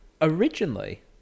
Originally